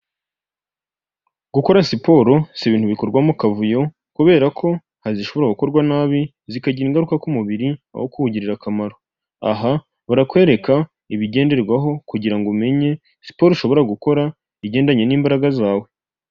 Gukora siporo si ibintu bikorwa mu kavuyo, kubera ko hari izishobora gukorwa nabi, zikagira ingaruka ku mubiri aho kuwugirira akamaro, aha barakwereka ibigenderwaho kugira ngo umenye siporo ushobora gukora, igendanye n'imbaraga zawe.